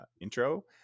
intro